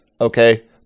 okay